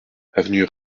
avenue